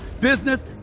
business